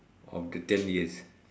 of the ten years